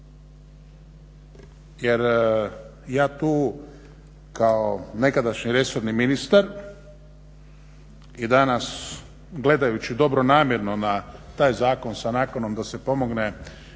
jer ja tu kao nekadašnji resorni ministar i danas gledajući dobronamjerno na taj zakon sa nakanom da se pomogne